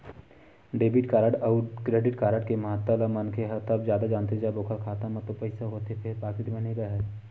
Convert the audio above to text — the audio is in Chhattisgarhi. डेबिट कारड अउ क्रेडिट कारड के महत्ता ल मनखे ह तब जादा जानथे जब ओखर खाता म तो पइसा होथे फेर पाकिट म नइ राहय